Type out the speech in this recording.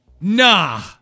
Nah